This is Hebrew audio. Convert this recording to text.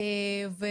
גם